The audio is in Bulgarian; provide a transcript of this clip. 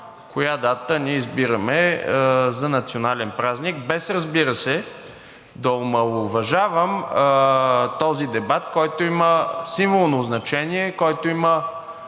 коя дата ние избираме за национален празник? Без, разбира се, да омаловажавам този дебат, който има символно значение, който има